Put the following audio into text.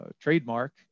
trademark